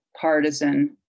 partisan